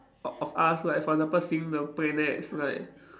o~ of us like for example seeing the planets like